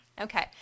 Okay